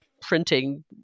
printing